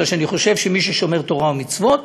מפני שאני חושב שמי ששומר תורה ומצוות